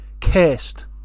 Cursed